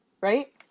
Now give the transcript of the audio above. right